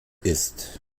ist